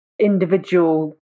individual